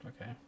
Okay